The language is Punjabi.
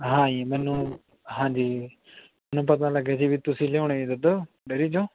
ਹਾਂਜੀ ਮੈਨੂੰ ਹਾਂਜੀ ਜੀ ਮੈਨੂੰ ਪਤਾ ਲੱਗਿਆ ਸੀ ਵੀ ਤੁਸੀਂ ਲਿਆਉਂਦੇ ਜੀ ਦੁੱਧ ਡੈਰੀ 'ਚੋਂ